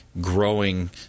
growing